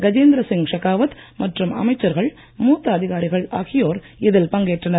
கஜேந்திர சிங் ஷெகாவத் மற்றும் அமைச்சர்கள் மூத்த அதிகாரிகள் ஆகியோர் இதில் பங்கேற்றனர்